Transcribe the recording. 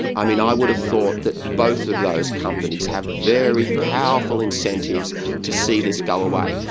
i mean i would have thought that both of those companies have very powerful incentives to see this go away.